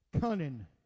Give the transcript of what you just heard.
cunning